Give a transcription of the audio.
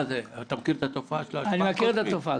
אתה מכיר את התופעה של ההשפעה הקוסמית?